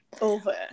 Over